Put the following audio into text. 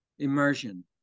immersion